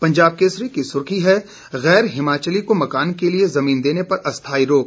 पंजाब केसरी की सुर्खी है गैर हिमाचली को मकान के लिए जमीन देने पर अस्थाई रोक